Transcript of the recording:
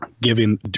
Giving